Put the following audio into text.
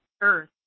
Earth